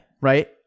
Right